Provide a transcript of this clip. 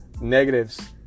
negatives